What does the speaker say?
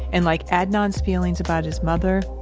and like adnan's feelings about his mother,